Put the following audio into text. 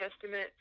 Testament